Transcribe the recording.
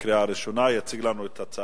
עברה בקריאה ראשונה ותועבר